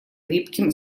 липким